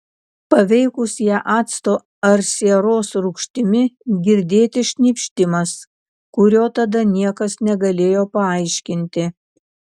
paveikus ją acto ar sieros rūgštimi girdėti šnypštimas kurio tada niekas negalėjo paaiškinti